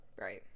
Right